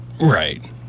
Right